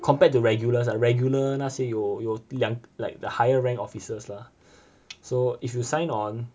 compared to regulars ah regular 那些有有两 like the higher rank officers lah so if you sign on